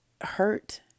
hurt